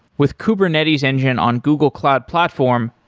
with kubernetes engine on google cloud platform,